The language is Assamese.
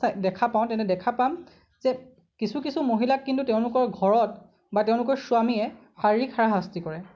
দেখা পাওঁ তেনে দেখা পাম যে কিছু কিছু মহিলাক কিন্তু তেঁওলোকৰ ঘৰত বা তেঁওলোকৰ স্বামীয়ে শাৰিৰীক হাৰাশাস্তি কৰে